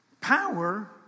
Power